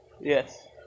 Yes